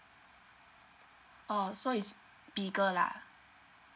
oh so is bigger lah